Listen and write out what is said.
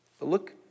Look